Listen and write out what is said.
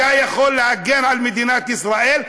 אתה יכול להגן על מדינת ישראל,